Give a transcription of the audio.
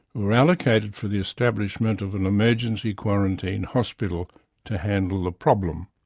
were allocated for the establishment of an emergency quarantine hospital to handle the problem.